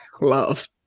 love